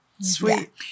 Sweet